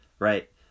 Right